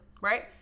right